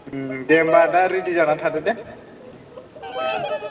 ओम दे होमबा दा रेडि जाना थादो दे ओम दे